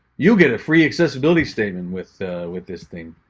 you get a free accessibility statement with with this thing.